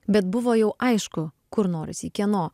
bet buvo jau aišku kur norisi kieno